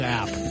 app